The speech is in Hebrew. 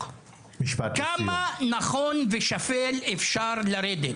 כמה נמוך ושפל אפשר לרדת?